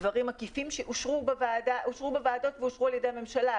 דברים עקיפים שאושרו בוועדות ואושרו על ידי הממשלה,